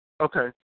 Okay